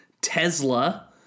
Tesla